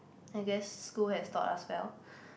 I guess school has taught us well